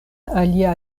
alia